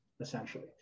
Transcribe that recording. essentially